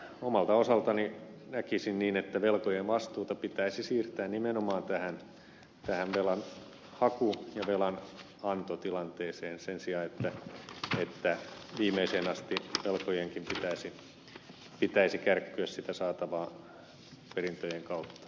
omalta osaltani näkisin niin että velkojien vastuuta pitäisi siirtää nimenomaan velanhaku ja velanantotilanteeseen sen sijaan että viimeiseen asti velkojienkin pitäisi kärkkyä sitä saatavaa perinnän kautta